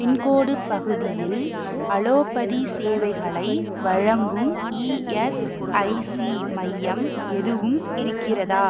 pincode பகுதியில் allopathy சேவைகளை வழங்கும் இஎஸ்ஐசி மையம் எதுவும் இருக்கிறதா